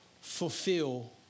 Fulfill